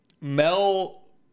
Mel